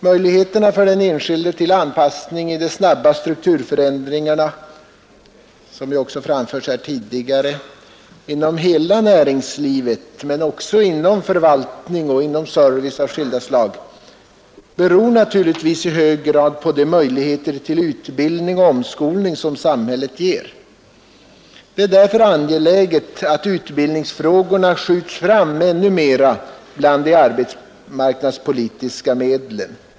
Möjligheterna för den enskilde till anpassning i de snabba strukturförändringarna — det problemet har ju berörts här tidigare — inom hela näringslivet men också inom förvaltning och service av skilda slag beror i hög grad på de chanser till utbildning och omskolning som samhället ger. Det är därför angeläget att utbildningsfrågorna skjuts fram ännu mera bland de arbetsmarknadspolitiska medlen.